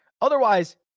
otherwise